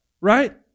right